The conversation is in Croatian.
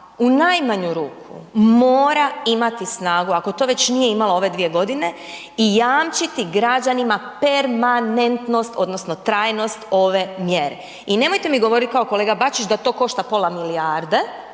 u najmanju ruku mora imati snagu ako to već nije imala ove 2 g. i jamčiti građanima permanentnost odnosno trajnost ove mjere. I nemojte mi govoriti kao kolega Bačić da to košta pola milijarde,